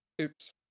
Oops